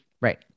Right